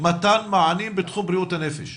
מתן מענים בתחום בריאות הנפש.